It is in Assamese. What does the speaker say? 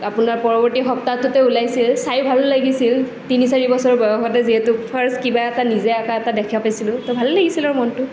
আপোনাৰ পৰবৰ্তী সপ্তাটোটো ওলাইছিল চাই ভাল লাগিছিল তিনি চাৰি বয়সতে যিহেতু ফ্ৰাষট কিবা এটা নিজে অঁকা এটা দেখা পাইছিলোঁ ট' ভাল লাগিছিল আৰু মনটো